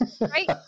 right